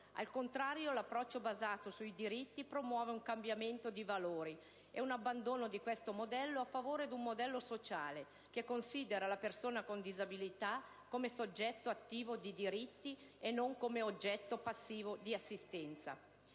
Al contrario, l'approccio basato sui diritti promuove un cambiamento di valori e un abbandono di questo modello a favore di un modello sociale, che considera la persona con disabilità come soggetto attivo di diritti e non come oggetto passivo di assistenza.